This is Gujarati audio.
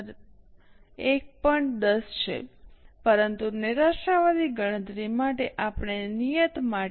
10 છે પરંતુ નિરાશાવાદી ગણતરી માટે આપણે નિયત માટે 1